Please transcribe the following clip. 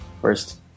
first